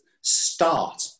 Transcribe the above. start